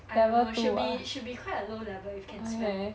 I don't know should be should be quite a low level if can smell